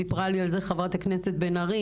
סיפרה לי על זה חברת הכנסת בן ארי,